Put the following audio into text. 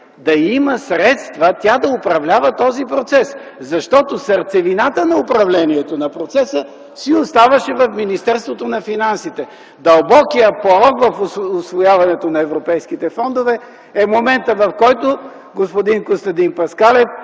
да има средства тя да управлява този процес. Защото сърцевината на управлението на процеса си оставаше в Министерството на финансите. Дълбокият порок в усвояването на европейските фондове е моментът, в който господин Костадин Паскалев